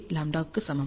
168λ க்கு சமம்